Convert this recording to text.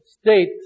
state